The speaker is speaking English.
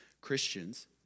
Christians